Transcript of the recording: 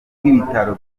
bw’ibitaro